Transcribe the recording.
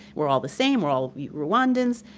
we're all the same, we're all rwandans.